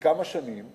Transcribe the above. לכמה שנים,